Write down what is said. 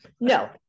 no